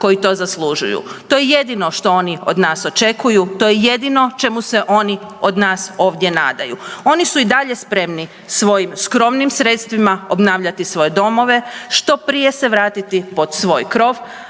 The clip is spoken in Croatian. koji to zaslužuju. To je jedino što oni od nas očekuju. To je jedino čemu se oni od nas ovdje nadaju. Oni su i dalje spremni svojim skromnim sredstvima obnavljati svoje domove, što prije se vratiti pod svoj krov.